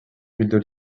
d’huile